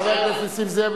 חבר הכנסת נסים זאב,